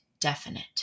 definite